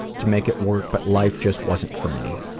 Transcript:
to make it work but life just wasn't for me.